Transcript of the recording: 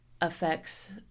affects